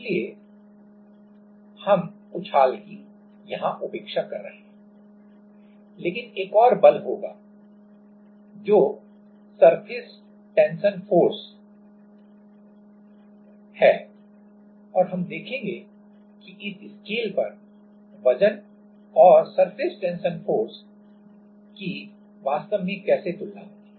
इसलिए हम उछाल की उपेक्षा कर रहे हैं लेकिन एक और बल होगा जो सरफेस टेंशन फोर्स है और हम देखेंगे कि इस स्केल पर वजन और सरफेस टेंशन फोर्स वास्तव में कैसे तुलना होती है